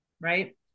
right